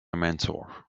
mentor